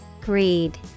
Greed